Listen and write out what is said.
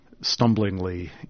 stumblingly